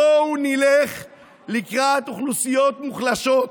בואו נלך לקראת אוכלוסיות מוחלשות.